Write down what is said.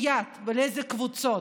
לאיזה יעד ולאילו קבוצות.